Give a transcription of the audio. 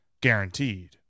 guaranteed